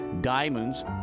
diamonds